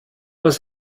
was